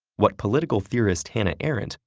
what political theorist hannah arendt,